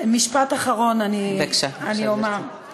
טלי, יש עוד ארבע הצעות חוק.